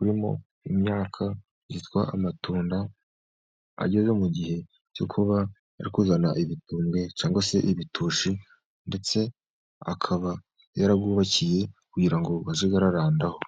urimo imyaka yitwa amatunda, ageze mu gihe cyo kuba ari kuzana ibitumbwe cyangwa se ibitoshi, ndetse akaba yarayubakiye kugira ngo azajye arandarandaho.